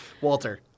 Walter